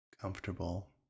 comfortable